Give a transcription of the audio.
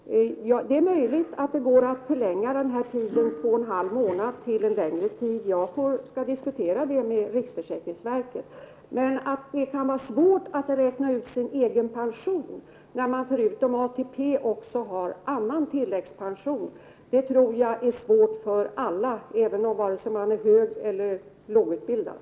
Det är möjligt att det går att förlänga tidsperioden på två och en halv månader. Jag skall diskutera den saken med riksförsäkringsverket. Men att räkna ut sin egen pension när man förutom ATP också har annan tilläggspension tror jag är svårt för alla, vare sig man är högutbildad eller lågutbildad.